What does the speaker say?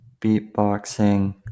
beatboxing